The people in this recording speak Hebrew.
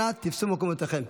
אנא תפסו מקומותיכם.